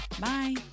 bye